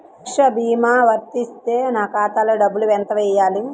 సురక్ష భీమా వర్తిస్తే నా ఖాతాలో డబ్బులు ఎంత వేయాలి?